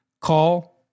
call